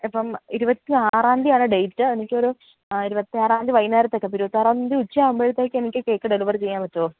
അപ്പോള് ഇരുപത്തി ആറാം തീയതിയാണ് ഡേറ്റ് എനിക്കൊരു ഇരുപത്തി ആറാം തീയതി വൈകുന്നേരത്തേക്ക് അപ്പോള് ഇരുപത്തിയാറാം തീയതി ഉച്ചയാവുകുമ്പോഴത്തേക്ക് എനിക്ക് കേക്ക് ഡെലിവറി ചെയ്യാൻ പറ്റുമോ